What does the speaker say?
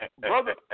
brother